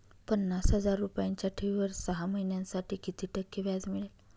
पन्नास हजार रुपयांच्या ठेवीवर सहा महिन्यांसाठी किती टक्के व्याज मिळेल?